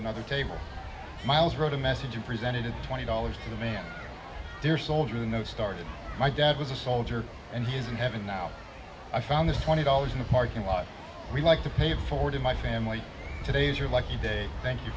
another table miles wrote a message and presented it twenty dollars to them in their soldier you know started my dad was a soldier and he's in heaven now i found this twenty dollars in the parking lot we like to pay it forward in my family today is your lucky day thank you